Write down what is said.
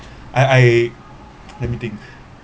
I I let me think